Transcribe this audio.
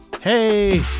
Hey